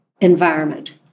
environment